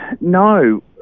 No